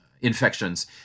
infections